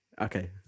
Okay